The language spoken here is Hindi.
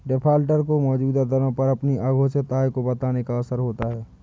डिफाल्टर को मौजूदा दरों पर अपनी अघोषित आय को बताने का अवसर होता है